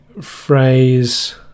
phrase